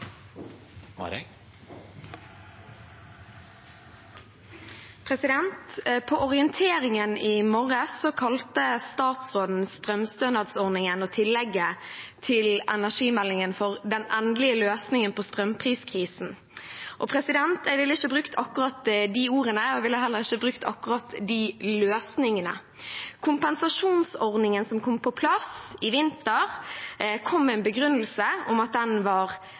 orienteringen i morges kalte statsråden strømstønadsordningen og tillegget til energimeldingen for den endelige løsningen på strømpriskrisen. Jeg ville ikke brukt akkurat de ordene. Jeg ville heller ikke brukt akkurat de løsningene. Kompensasjonsordningen som kom på plass i vinter, kom med en begrunnelse om at den var